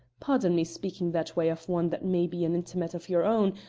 pardon me speaking that way of one that may be an intimate of your own,